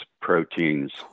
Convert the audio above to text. proteins